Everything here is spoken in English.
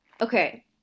Okay